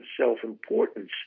self-importance